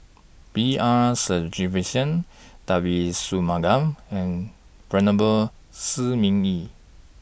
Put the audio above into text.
B R Sreenivasan Devagi Sanmugam and Venerable Shi Ming Yi